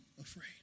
afraid